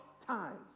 time